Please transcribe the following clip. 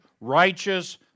righteous